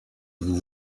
vous